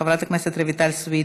חברת הכנסת רויטל סויד,